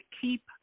keep